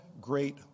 great